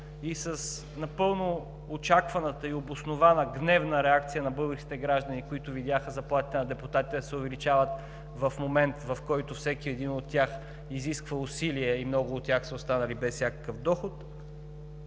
напълно с очакваната и обоснована гневна реакция на българските граждани, които видяха заплатите на депутатите да се увеличават в момент, в който от всеки един от тях се изисква усилие и много от тях са останали без всякакъв доход,